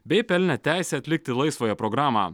bei pelnė teisę atlikti laisvąją programą